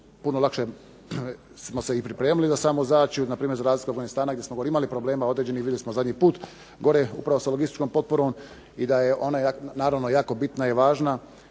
puno lakše smo se i pripremili za samu zadaću. I npr. za razliku od Afganistana gdje smo imali gore problema određenih. Vidjeli smo zadnji puta gore upravo sa logističkom potporom i da je ona naravno jako bitna i važna